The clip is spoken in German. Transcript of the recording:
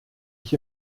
ich